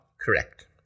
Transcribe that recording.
correct